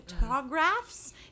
photographs